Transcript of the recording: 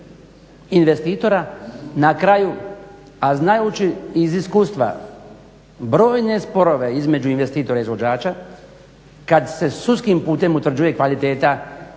investitora na kraju a znajući iz iskustva brojne sporove između investitora izvođača kad se sudskim putem utvrđuje kvaliteta